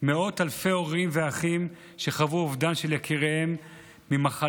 מאות אלפי הורים ואחים שחוו אובדן של יקיריהם ממחלות